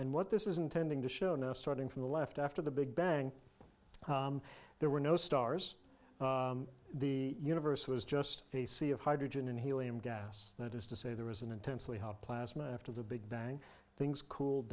and what this is intending to show now starting from the left after the big bang there were no stars the universe was just a sea of hydrogen and helium gas that is to say there was an intensely hot plasma after the big bang things cooled